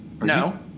No